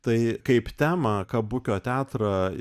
tai kaip temą kabukio teatrą